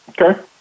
Okay